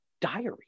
diary